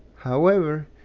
however,